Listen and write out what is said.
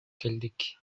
келдик